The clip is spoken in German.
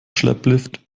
schlepplift